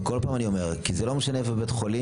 עוד פעם אני אומר, כי זה לא משנה איזה בית חולים.